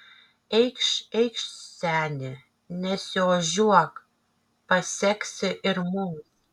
eikš eikš seni nesiožiuok paseksi ir mums